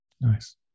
Nice